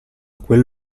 quel